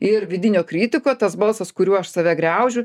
ir vidinio kritiko tas balsas kuriuo aš save griaužiu